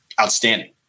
outstanding